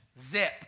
zip